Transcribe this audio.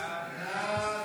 סעיף 1